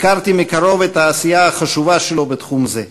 הכרתי מקרוב את העשייה החשובה שלו בתחום זה.